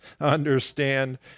understand